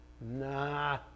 Nah